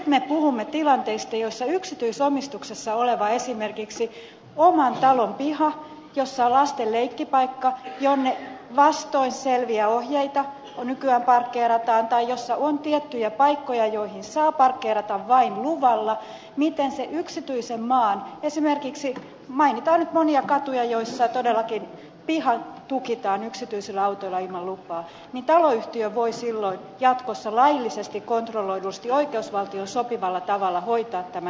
nyt me puhumme tilanteista joissa yksityisomistuksessa olevalla esimerkiksi oman talon pihalla jossa on lasten leikkipaikka jonne vastoin selviä ohjeita nykyään parkkeerataan tai jossa on tiettyjä paikkoja joihin saa parkkeerata vain luvalla miten sillä yksityisellä maalla esimerkiksi mainitaan nyt monia katuja joilla todellakin pihat tukitaan yksityisillä autoilla ilman lupaa taloyhtiö voi silloin jatkossa laillisesti kontrolloidusti oikeusvaltioon sopivalla tavalla hoitaa tämän asian